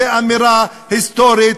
זו אמירה היסטורית,